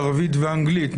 ערבית ואנגלית,